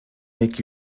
make